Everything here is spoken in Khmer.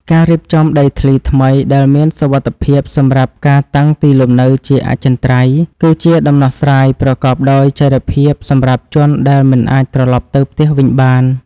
ការរៀបចំដីធ្លីថ្មីដែលមានសុវត្ថិភាពសម្រាប់ការតាំងទីលំនៅជាអចិន្ត្រៃយ៍ គឺជាដំណោះស្រាយប្រកបដោយចីរភាពសម្រាប់ជនដែលមិនអាចត្រឡប់ទៅផ្ទះវិញបាន។